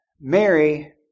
Mary